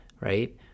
Right